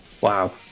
Wow